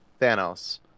Thanos